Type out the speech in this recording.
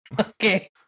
Okay